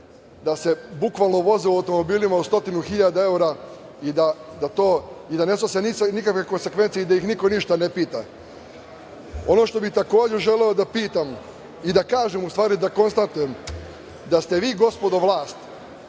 da se bukvalno voze automobilima od stotinu hiljada evra i da ne snose nikakve konsekvence i da ih niko ništa ne pita. Ono što bih takođe želeo da pitam i da kažem u stvari, da konstatujem, da ste vi gospodo vlast